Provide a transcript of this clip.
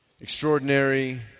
extraordinary